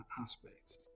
aspects